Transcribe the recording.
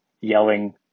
yelling